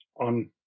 on